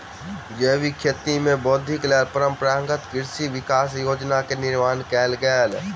जैविक खेती में वृद्धिक लेल परंपरागत कृषि विकास योजना के निर्माण कयल गेल